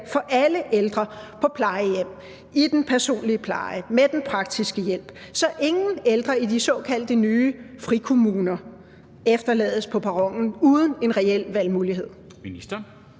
for alle ældre på plejehjem, i den personlige pleje, med den praktiske hjælp, så ingen ældre i de såkaldte nye frikommuner efterlades på perronen uden en reel valgmulighed?